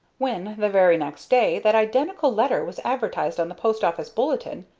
when, the very next day, that identical letter was advertised on the post-office bulletin,